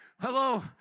Hello